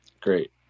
Great